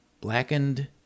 blackened